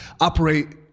operate